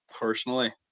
personally